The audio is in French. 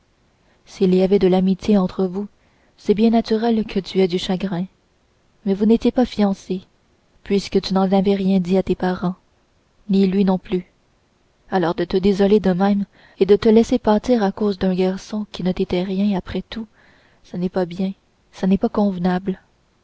s'il y avait de l'amitié entre vous c'est bien naturel que tu aies du chagrin mais vous n'étiez pas fiancés puisque tu n'en avais rien dit à tes parents ni lui non plus alors de te désoler de même et de te laisser pâtir à cause d'un garçon qui ne t'était rien après tout ça n'est pas bien ça n'est pas convenable